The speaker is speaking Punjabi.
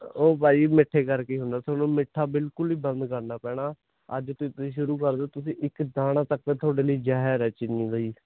ਓ ਭਾਈ ਮਿੱਠੇ ਕਰਕੇ ਹੁੰਦਾ ਤੁਹਾਨੂੰ ਮਿੱਠਾ ਬਿਲਕੁਲ ਹੀ ਬੰਦ ਕਰਨਾ ਪੈਣਾ ਅੱਜ ਤੋੰ ਤੁਸੀਂ ਸ਼ੁਰੂ ਕਰ ਦਿਓ ਤੁਸੀਂ ਇੱਕ ਦਾਣਾ ਤੱਕ ਤੁਹਾਡੇ ਲਈ ਜਹਿਰ ਹੈ ਚੀਨੀ ਬਾਈ